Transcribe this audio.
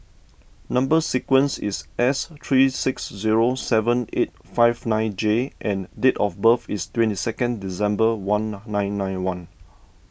Number Sequence is S three six zero seven eight five nine J and date of birth is twenty second December one nine nine one